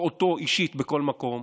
ואותו אישית בכל מקום,